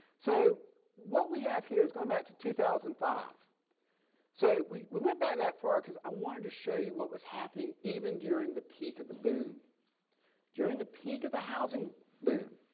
so what we have here is going back to two thousand and five so we we went back that far because i wanted to show you what was happening even during the peak of the boom during the peak of the housing boom.